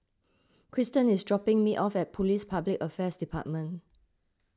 Krysten is dropping me off at Police Public Affairs Department